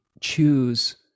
choose